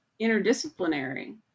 interdisciplinary